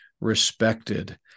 respected